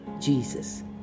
Jesus